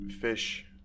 fish